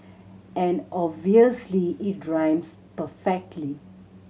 and obviously it rhymes perfectly